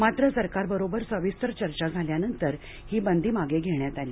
मात्र सरकारबरोबर सविस्तर चर्चा झाल्यानंतर ही बंदी मागे घेण्यात आली